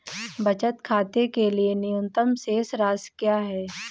बचत खाते के लिए न्यूनतम शेष राशि क्या है?